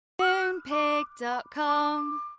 Moonpig.com